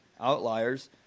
outliers